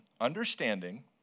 understanding